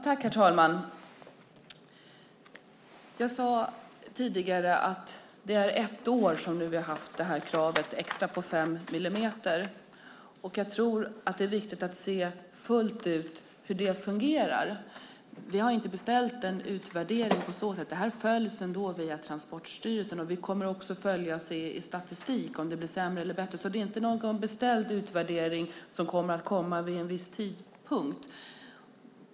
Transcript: Herr talman! Jag sade tidigare att det nu är ett år som vi har haft det extra kravet på fem millimeter. Jag tror att det är viktigt att se fullt ut hur det fungerar. Vi har inte beställt en utvärdering på så sätt, utan detta följs ändå via Transportstyrelsen. Vi kommer också att följa det i statistik och se om det blir sämre eller bättre. Det är alltså inte någon beställd utvärdering som kommer att komma vid en viss tidpunkt.